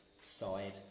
side